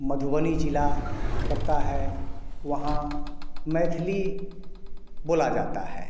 मधुबनी जिला पड़ता है वहाँ मैथिली बोला जाता है